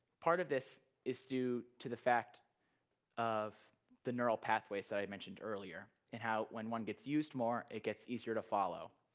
part of this is due to the fact of the neural pathways that i mentioned earlier, and how when one gets used more, it gets easier to follow.